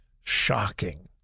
shocking